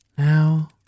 Now